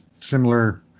similar